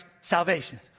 salvation